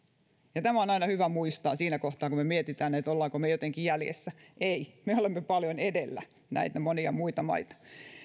ja tämä on aina hyvä muistaa siinä kohtaa kun mietimme olemmeko me jotenkin jäljessä ei me olemme paljon edellä näitä monia muita maita